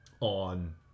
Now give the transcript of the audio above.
On